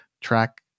track